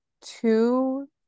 two –